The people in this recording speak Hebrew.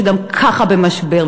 שגם ככה היא במשבר,